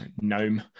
gnome